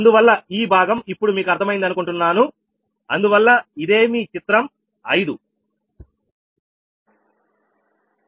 అందువల్ల ఈ భాగం ఇప్పుడు మీకు అర్థమైంది అనుకుంటున్నాను అందువల్ల ఇదేమి చిత్రం 5